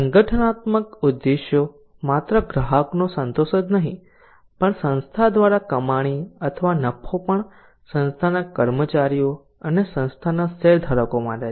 સંગઠનાત્મક ઉદ્દેશો માત્ર ગ્રાહકનો સંતોષ જ નહીં પણ સંસ્થા દ્વારા કમાણી અથવા નફો પણ સંસ્થાના કર્મચારીઓ અને સંસ્થાના શેરધારકો માટે છે